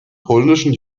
polnischen